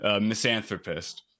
Misanthropist